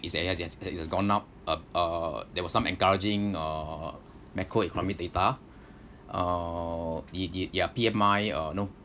it's yes yes yes yes it has gone up uh uh there was some encouraging uh macroeconomic data uh E_D ya P_M_I uh you know